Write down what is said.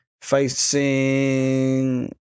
facing